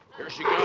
here she